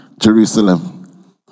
Jerusalem